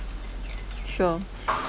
sure